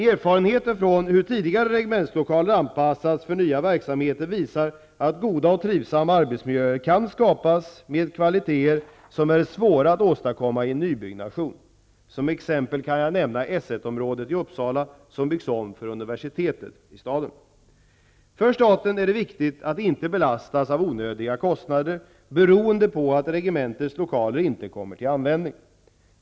Erfarenheter från hur tidigare regementslokaler anpassats för nya verksamheter visar att goda och trivsamma arbetsmiljöer kan skapas med kvaliteter som är svåra att åstadkomma i en nybyggnation. Som exempel vill jag nämna S 1-området i Uppsala som byggts om för universitetet i staden. För staten är det viktigt att inte belastas av onödiga kostnader beroende på att regementets lokaler inte kommer till användning.